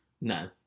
No